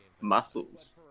muscles